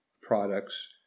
products